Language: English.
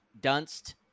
Dunst